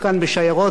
לירושלים עצמה,